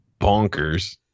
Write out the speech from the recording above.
bonkers